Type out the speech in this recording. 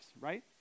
right